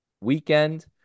weekend